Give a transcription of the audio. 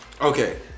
okay